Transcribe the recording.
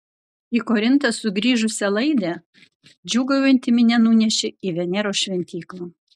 į korintą sugrįžusią laidę džiūgaujanti minia nunešė į veneros šventyklą